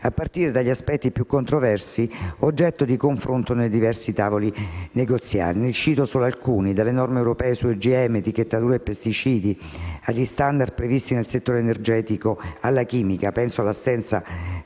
a partire dagli aspetti più controversi oggetto di confronto nei diversi tavoli negoziali. Ne cito solo alcuni: dalle norme europee su OGM, etichettatura e pesticidi, agli *standard* previsti nei settori energetici, alla chimica. Penso all'assenza